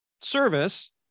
service